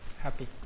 happy